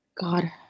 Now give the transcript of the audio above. God